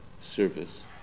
service